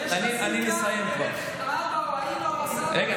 יש לך זיקה דרך האבא או האימא או הסבא, רגע.